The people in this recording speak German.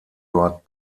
dort